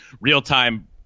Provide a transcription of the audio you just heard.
real-time